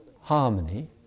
harmony